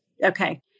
Okay